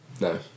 No